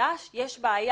הגיע